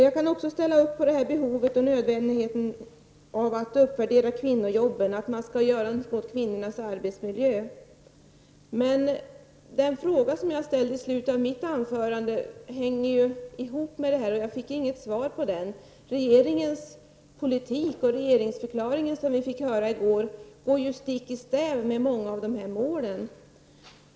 Jag kan också ställa upp på behovet och nödvändigheten av att uppvärdera kvinnojobben, att man skall göra något åt kvinnornas arbetsmiljö. Men den fråga som jag ställde i slutet av mitt anförande hänger ihop med detta, och jag fick inget svar. Regeringens politik och regeringsförklaringen som vi fick höra i går går ju stick i stäv med många av dessa mål.